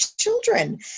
children